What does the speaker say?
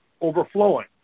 overflowing